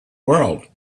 world